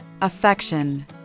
Affection